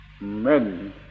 men